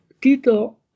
Tito